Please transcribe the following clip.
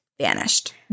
vanished